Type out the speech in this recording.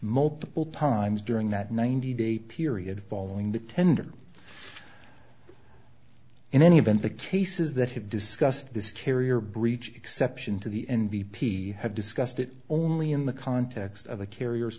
multiple times during that ninety day period following the tender in any event the cases that have discussed this carrier breach exception to the n v p have discussed it only in the context of a carrier